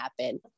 happen